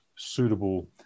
suitable